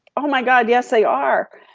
oh my god, yes they are.